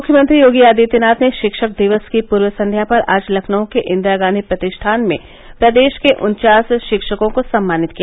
मुख्यमंत्री योगी आदित्यनाथ ने शिक्षक दिवस की पूर्व संध्या पर आज लखनऊ के इंदिरा गांधी प्रतिष्ठान में प्रदेश के उन्चास शिक्षकों को सम्मानित किया